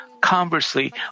Conversely